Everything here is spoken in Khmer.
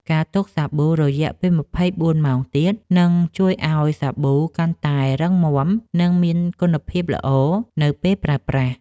ការទុកសាប៊ូ រយៈពេល ២៤ ម៉ោងទៀត នឹងជួយឱ្យសាប៊ូកាន់តែរឹងមាំ និងមានគុណភាពល្អនៅពេលប្រើប្រាស់។